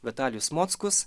vitalijus mockus